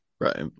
right